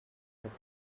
that